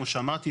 כמו שאמרתי,